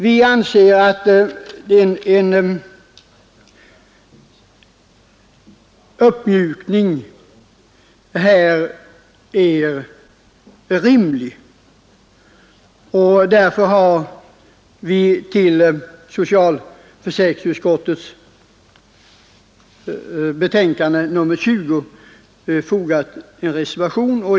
Vi anser att en uppmjukning av bestämmelserna här är rimlig, och därför har vi till socialförsäkringsutskottets betänkande nr 20 fogat en reservation.